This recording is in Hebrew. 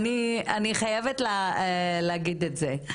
חייבת להגיד את זה,